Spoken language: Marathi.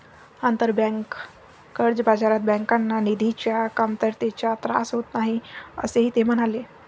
आंतरबँक कर्ज बाजारात बँकांना निधीच्या कमतरतेचा त्रास होत नाही, असेही ते म्हणाले